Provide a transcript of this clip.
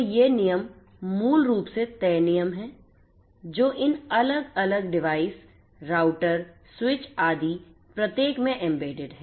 तो ये नियम मूल रूप से तय नियम हैं जो इन अलग अलग डिवाइस राउटर स्विच आदि प्रत्येक में एम्बेडेड हैं